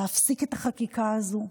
להפסיק את החקיקה הזו,